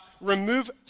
remove